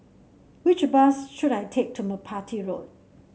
which bus should I take to Merpati Road